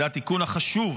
זה התיקון החשוב,